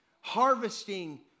harvesting